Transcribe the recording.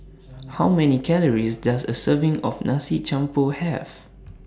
How Many Calories Does A Serving of Nasi Campur Have